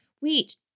Wait